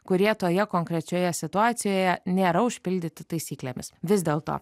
kurie toje konkrečioje situacijoje nėra užpildyti taisyklėmis vis dėlto